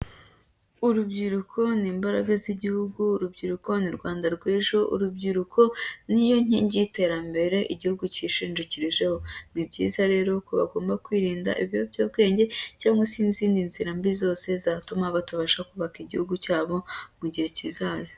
Urubyiruko ni imbaraga z'igihugu, urubyiruko ni u Rwanda rw'ejo, urubyiruko niyo nkingi y'iterambere igihugu cyishingikirijeho, ni byiza rero ko bagomba kwirinda ibiyobyabwenge cyangwa se izindi nzira mbi zose zatuma batabasha kubaka igihugu cyabo mu gihe kizaza.